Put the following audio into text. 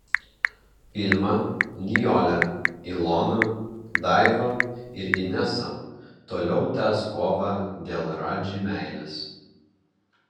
vilma nijolė ilona daiva ir inesa toliau tęs kovą dėl radži meilės